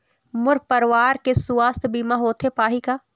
मोर परवार के सुवास्थ बीमा होथे पाही का?